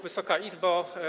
Wysoka Izbo!